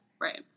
Right